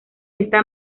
esta